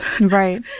Right